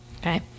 Okay